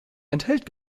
enthält